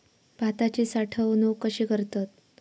भाताची साठवूनक कशी करतत?